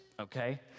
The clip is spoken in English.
okay